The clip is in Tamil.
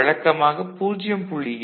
அது வழக்கமாக 0